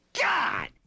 God